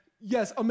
yes